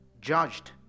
judged